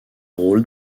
rôles